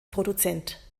produzent